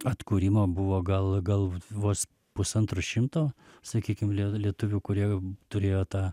atkūrimo buvo gal gal vos pusantro šimto sakykim lie lietuvių kurie turėjo tą